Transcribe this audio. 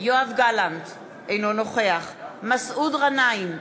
יואב גלנט, אינו נוכח מסעוד גנאים,